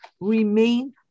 remain